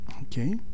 okay